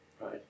right